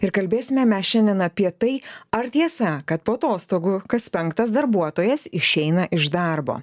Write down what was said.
ir kalbėsime mes šiandien apie tai ar tiesa kad po atostogų kas penktas darbuotojas išeina iš darbo